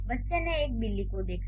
बच्चे ने एक बिल्ली को देखा